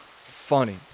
funny